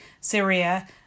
Syria